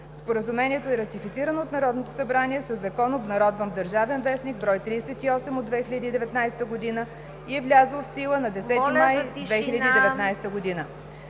Споразумението е ратифицирано от Народното събрание със закон, обнародван в „Държавен вестник“, бр. 38 от 2019 г., и е влязло в сила на 10 май 2019 г.